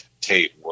tape